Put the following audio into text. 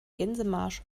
gänsemarsch